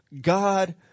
god